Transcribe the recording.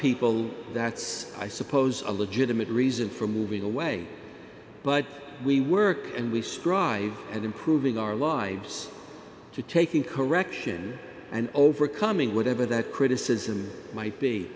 people that's i suppose a legitimate reason for moving away but we work and we strive and improving our lives to taking correction and overcoming whatever that criticism might be